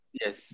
Yes